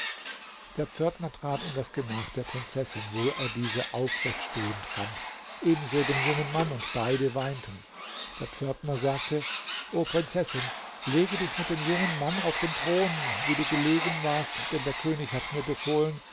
der pförtner trat in das gemach der prinzessin wo er diese aufrecht stehend fand ebenso den jungen mann und beide weinten der pförtner sagte o prinzessin lege dich mit dem jungen mann auf den thron wie du gelegen warst denn der könig hat mir befohlen